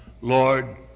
Lord